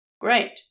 Great